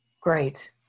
Great